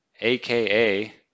AKA